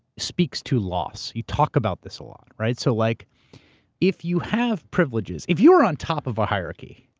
speaks to loss. you talk about this a lot, right? so like if you have privileges. if you were on top of a hierarchy,